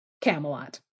Camelot